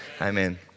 Amen